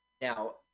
now